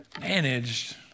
managed